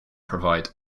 provide